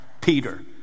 Peter